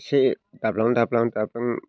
एसे दाब्लां दाब्लां दाब्लां